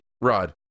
Rod